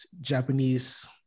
Japanese